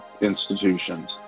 institutions